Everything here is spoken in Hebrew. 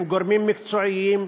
עם גורמים מקצועיים,